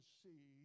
see